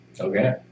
Okay